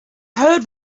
heard